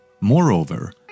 Moreover